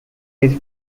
his